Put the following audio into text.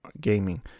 gaming